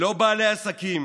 לא בעלי העסקים